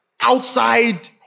Outside